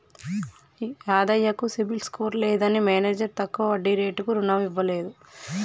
యాదయ్య కు CIBIL score లేదని manager తక్కువ వడ్డీ రేటుకు రుణం ఇవ్వలేదు